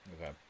Okay